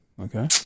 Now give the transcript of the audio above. Okay